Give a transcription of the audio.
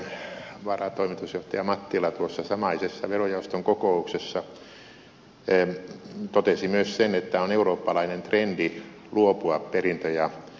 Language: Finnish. keskuskauppakamarin varatoimitusjohtaja mattila tuossa samaisessa verojaoston kokouksessa totesi myös sen että on eurooppalainen trendi luopua perintö ja lahjaverotuksesta